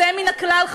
היוצא מן הכלל,